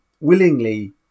Willingly